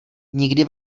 nikdy